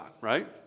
right